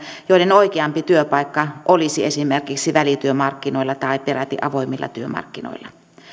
oikeampi työpaikka olisi esimerkiksi välityömarkkinoilla tai peräti avoimilla työmarkkinoilla